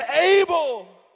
able